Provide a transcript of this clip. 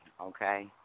okay